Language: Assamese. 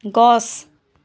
গছ